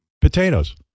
potatoes